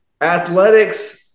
Athletics